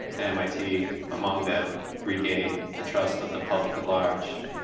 mit among them, regain the trust of the public at large?